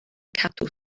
cadw